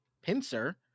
pincer